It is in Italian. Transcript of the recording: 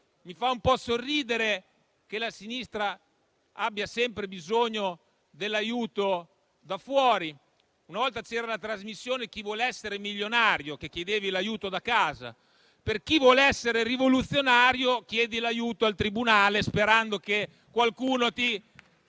Mi fa un po' sorridere che la sinistra abbia sempre bisogno dell'aiuto da fuori. Una volta c'era la trasmissione Chi vuole esser milionario, dove si chiedeva l'aiuto da casa. Chi vuole essere rivoluzionario, invece, chiede l'aiuto al tribunale, sperando che qualcuno